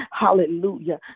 hallelujah